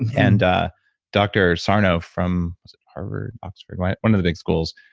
and dr. sarno from, harvard, oxford, right. one of the big schools.